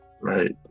Right